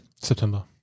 September